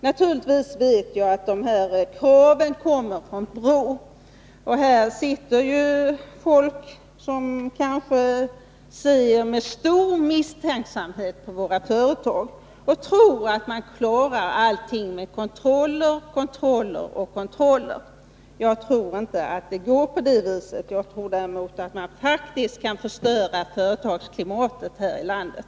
Naturligtvis vet jag att de här kraven kommer från BRÅ. Där sitter ju folk som kanske ser med stor misstänksamhet på våra företag och tror att man klarar allting med kontroller, kontroller och kontroller. Jag tror inte att det går. Jag tror däremot att man faktiskt kan förstöra företagsklimatet här i landet.